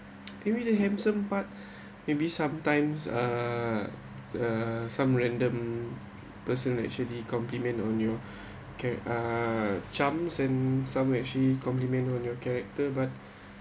maybe the handsome part maybe sometimes uh uh some random person actually compliment on you can uh charms and some actually compliment on your character but